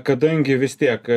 kadangi vis tiek